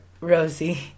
Rosie